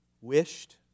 wished